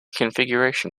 configuration